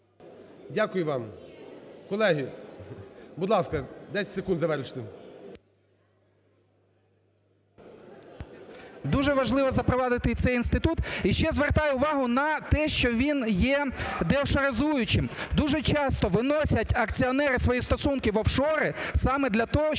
Дякую вам. Колеги… Будь ласка, 10 секунд завершити. 17:08:42 РІЗАНЕНКО П.О. Дуже важливо запровадити цей інститут. І ще звертаю увагу на те, що він є деофшоризуючим. Дуже часто виносять акціонери свої стосунки в офшори саме для того,